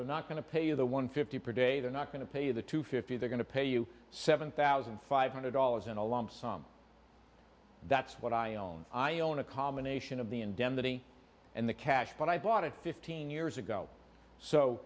they're not going to pay you the one fifty per day they're not going to pay the two fifty they're going to pay you seven thousand five hundred dollars in a lump sum that's what i own i own a combination of the indemnity and the cash but i thought it fifteen years ago so